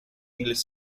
english